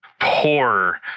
poor